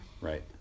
right